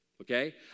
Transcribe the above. Okay